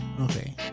Okay